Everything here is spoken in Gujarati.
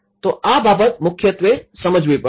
તો આ બાબત મુખ્યત્વે સમજવી પડશે